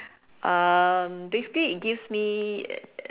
um basically it gives me